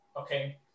okay